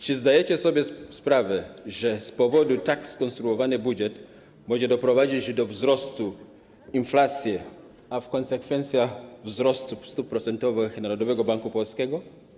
Czy zdajecie sobie sprawę, że z powodu tak skonstruowanego budżetu może dojść do wzrostu inflacji, a w konsekwencji do wzrostu stóp procentowych Narodowego Banku Polskiego?